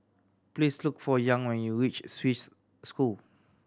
please look for Young when you reach Swiss School